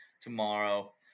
tomorrow